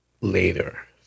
later